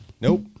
Nope